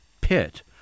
pit